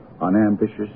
unambitious